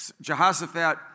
Jehoshaphat